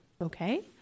Okay